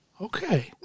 Okay